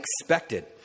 expected